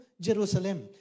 Jerusalem